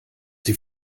die